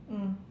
mm